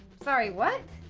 sorry, what?